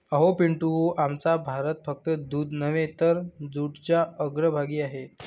अहो पिंटू, आमचा भारत फक्त दूध नव्हे तर जूटच्या अग्रभागी आहे